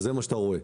זה מה שאתה רואה.